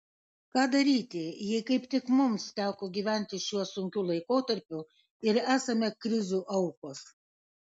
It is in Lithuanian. ką daryti jei kaip tik mums teko gyventi šiuo sunkiu laikotarpiu ir esame krizių aukos